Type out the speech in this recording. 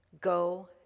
go